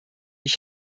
ich